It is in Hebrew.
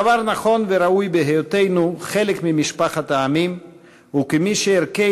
הדבר נכון וראוי בהיותנו חלק ממשפחת העמים וכמי שערכי